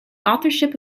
authorship